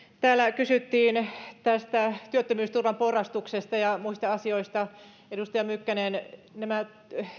täällä kysyttiin työttömyysturvan porrastuksesta ja muista asioista edustaja mykkänen nämä